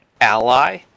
ally